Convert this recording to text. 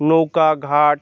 নৌকা ঘাট